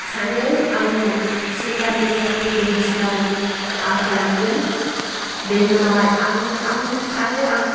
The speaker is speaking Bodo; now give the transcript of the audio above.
सान्दों आं माने सोरखारनि साख्रि बायदिसिना आं खालामगोन बेनि उनावहाय आं सानो आं